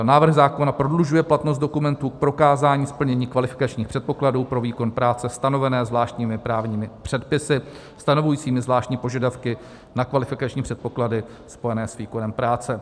Návrh zákona prodlužuje platnost dokumentů k prokázání splnění kvalifikačních předpokladů pro výkon práce stanovené zvláštními právními předpisy stanovujícími zvláštní požadavky na kvalifikační předpoklady spojené s výkonem práce.